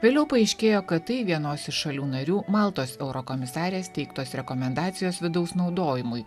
vėliau paaiškėjo kad tai vienos iš šalių narių maltos eurokomisarės teiktos rekomendacijos vidaus naudojimui